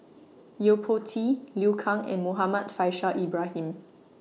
Yo Po Tee Liu Kang and Muhammad Faishal Ibrahim